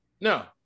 No